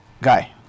Guy